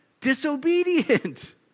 disobedient